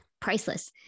priceless